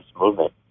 movement